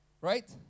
Right